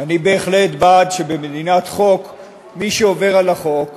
ואני בהחלט בעד שבמדינת חוק מי שעובר על החוק ייענש.